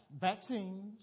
vaccines